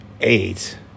Eight